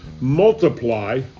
multiply